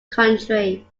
country